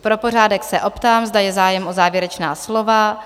Pro pořádek se optám, zda je zájem o závěrečná slova?